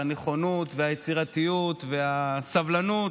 על הנכונות והיצירתיות והסבלנות,